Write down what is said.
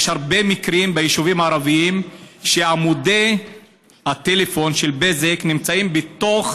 יש הרבה מקרים ביישובים הערביים שעמודי הטלפון של בזק נמצאים בתוך